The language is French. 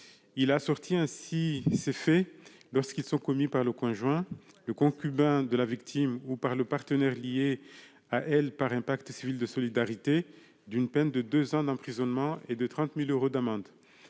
il a sorti ainsi ses faits lorsqu'ils sont commis par le conjoint, le concubin de la victime, ou par le partenaire lié à elle par un pacte civil de solidarité, d'une peine de 2 ans d'emprisonnement et de 30000 euros d'amende